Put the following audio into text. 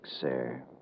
sir